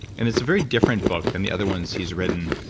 and it's a very different book than the other ones he's written.